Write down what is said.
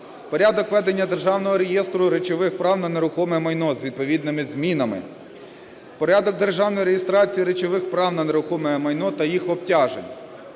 порядок ведення Державного реєстру речових прав на нерухоме майно з відповідними змінами, порядок державної реєстрації речових прав на нерухоме майно та їх обтяжень,